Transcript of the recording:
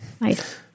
Nice